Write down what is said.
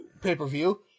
pay-per-view